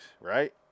right